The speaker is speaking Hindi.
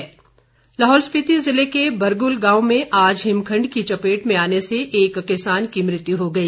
हिमखण्ड लाहौल स्पीति ज़िले के बरगुल गांव में आज हिमखण्ड की चपेट में आने से एक किसान की मृत्यु हो गई